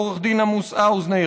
לעו"ד עמוס האוזנר,